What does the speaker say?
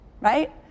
right